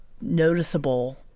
noticeable